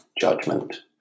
judgment